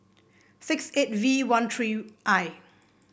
six eight V one three I